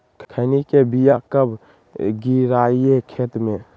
खैनी के बिया कब गिराइये खेत मे?